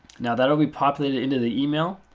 now that will be populated into the email.